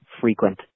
frequent